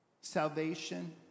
salvation